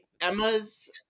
Emma's